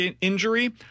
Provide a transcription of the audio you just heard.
injury